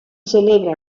celebra